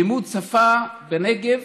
לימוד שפה, בנגב.